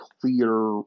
clear